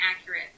accurate